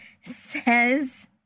says